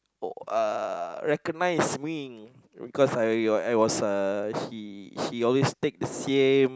oh recognize me cause I was it was her he he always take the same